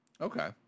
Okay